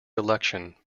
election